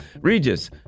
Regis